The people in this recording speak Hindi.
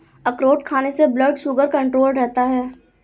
अखरोट खाने से ब्लड शुगर कण्ट्रोल रहता है